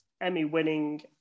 Emmy-winning